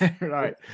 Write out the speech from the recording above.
Right